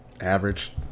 Average